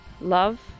Love